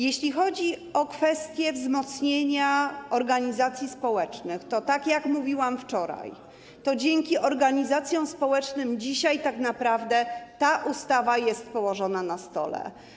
Jeśli chodzi o kwestię wzmocnienia organizacji społecznych, tak jak mówiłam wczoraj, to dzięki organizacjom społecznym dzisiaj tak naprawdę ta ustawa jest położona na stole.